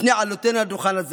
לפני עלותנו לדוכן הזה